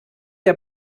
der